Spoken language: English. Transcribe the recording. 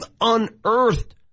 unearthed